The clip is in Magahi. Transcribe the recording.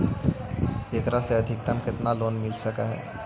एकरा से अधिकतम केतना लोन मिल सक हइ?